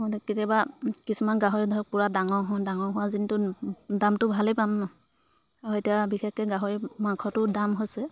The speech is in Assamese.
কেতিয়াবা কিছুমান গাহৰি ধৰক পূৰা ডাঙৰ হওঁ ডাঙৰ হোৱা যোনটো দামটো ভালেই পাম নহ্ এতিয়া বিশেষকৈ গাহৰি মাংসটো দাম হৈছে